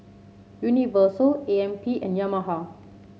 Universal A M P and Yamaha